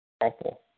Awful